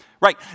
Right